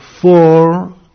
four